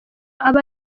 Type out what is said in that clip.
aba